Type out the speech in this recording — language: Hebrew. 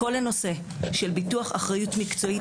כל הנושא של ביטוח אחריות מקצועית,